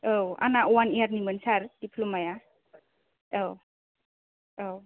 औ आंना वान इयारनिमोन सार दिफ्ल'माया औ औ